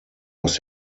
aus